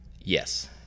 Yes